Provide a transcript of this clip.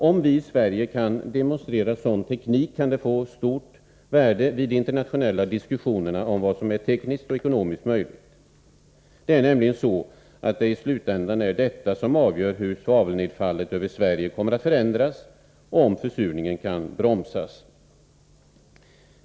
Om vi i Sverige kan demonstrera sådan teknik kan det få stort värde vid de internationella diskussionerna om vad som är tekniskt och ekonomiskt möjligt. Det är nämligen i slutändan detta som avgör hur svavelnedfallet över Sverige kommer att förändras och om försurningen kan bromsas.